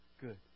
Good